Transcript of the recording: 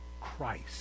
Christ